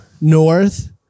North